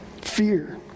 Fear